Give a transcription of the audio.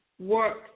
work